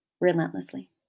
relentlessly